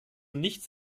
nichts